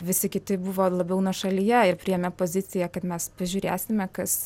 visi kiti buvo labiau nuošalyje ir priėmė poziciją kad mes pažiūrėsime kas